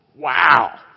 Wow